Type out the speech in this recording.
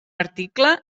article